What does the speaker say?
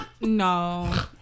No